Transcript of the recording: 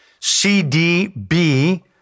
CDB